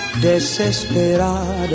desesperado